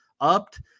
upped